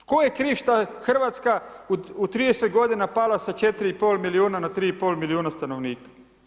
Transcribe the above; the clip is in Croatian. Tko je kriv što je Hrvatska u 30 godina pala sa 4,5 milijuna na 3,5 milijuna stanovnika.